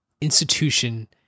institution